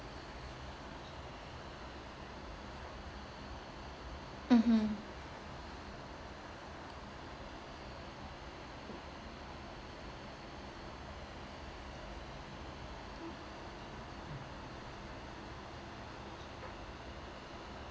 mmhmm